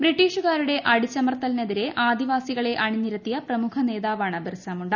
ബ്രിട്ടീഷുകാരുടെ അടിച്ചമർത്തലിനെതിരെ ആദിവാസികളെ അണിനിരത്തിയ പ്രമുഖ നേതാവാണ് ബിർസാ മുണ്ട